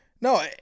no